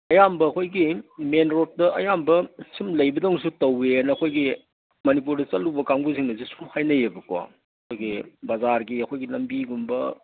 ꯑꯌꯥꯝꯕ ꯑꯩꯈꯣꯏꯒꯤ ꯃꯦꯟꯔꯣꯠꯇ ꯑꯌꯥꯝꯕ ꯁꯨꯝ ꯂꯩꯕꯗꯧꯅꯁꯨ ꯇꯧꯋꯦꯅ ꯑꯩꯈꯣꯏꯒꯤ ꯃꯅꯤꯄꯨꯔꯗ ꯆꯠꯂꯨꯕ ꯀꯥꯡꯒꯨꯁꯤꯡꯅꯁꯨ ꯍꯥꯏꯅꯩꯌꯦꯕꯀꯣ ꯑꯩꯈꯣꯏꯒꯤ ꯕꯖꯥꯔꯒꯤ ꯑꯩꯈꯣꯏꯒꯤ ꯂꯝꯕꯤꯒꯨꯝꯕ